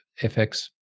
FX